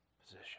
position